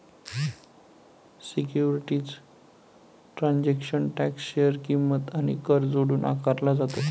securities transaction tax share किंमत आणि कर जोडून आकारला जातो